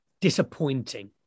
disappointing